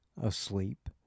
asleep